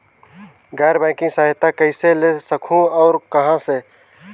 गैर बैंकिंग सहायता कइसे ले सकहुं और कहाँ से?